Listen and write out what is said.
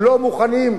לא מוכנים.